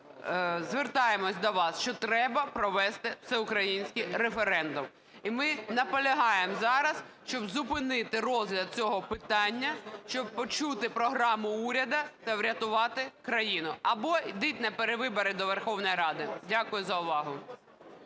звертаємося до вас, що треба провести всеукраїнський референдум. І ми наполягаємо зараз, щоб зупинити розгляд цього питання, щоб почути програму уряду та врятувати країну, або йдіть на перевибори до Верховної Ради. Дякую за увагу.